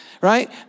right